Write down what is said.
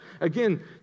Again